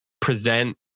present